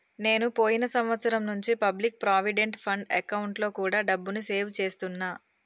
నేను పోయిన సంవత్సరం నుంచి పబ్లిక్ ప్రావిడెంట్ ఫండ్ అకౌంట్లో కూడా డబ్బుని సేవ్ చేస్తున్నా